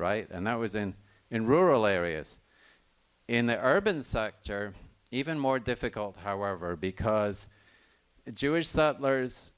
right and that was in in rural areas in the urban sector even more difficult however because jewish settlers